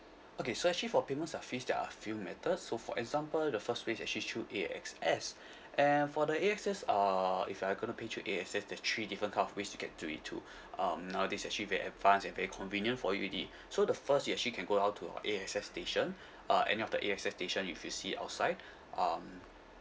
okay so actually for payments of fees there are a few methods so for example the first which actually choose A_X_S and for the A_X_S uh if I couldn't pay through A_X_S there's three different kind of ways you can do it too um nowadays' actually very advanced and very convenient for you already so the first you actually can go out to a A_X_S station uh any of the A_X_S station if you see outside um